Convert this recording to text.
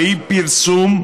והיא פרסום,